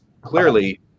clearly